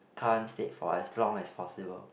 current state for us as long as possible